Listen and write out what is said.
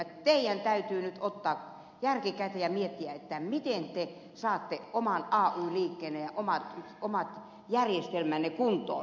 teidän täytyy nyt ottaa järki käteen ja miettiä miten te saatte oman ay liikkeenne ja omat järjestelmänne kuntoon